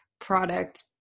product